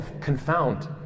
confound